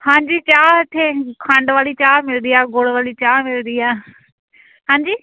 ਹਾਂਜੀ ਚਾਹ ਇੱਥੇ ਖੰਡ ਵਾਲੀ ਚਾਹ ਮਿਲਦੀ ਆ ਗੁੜ ਵਾਲੀ ਚਾਹ ਮਿਲਦੀ ਆ ਹਾਂਜੀ